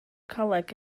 coleg